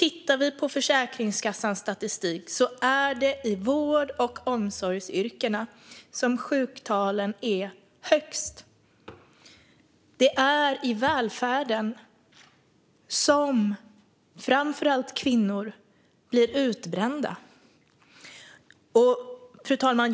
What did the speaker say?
I Försäkringskassans statistik ser vi att det är i vård och omsorgsyrkena som sjuktalen är högst. Det är i välfärden som framför allt kvinnor blir utbrända. Fru talman!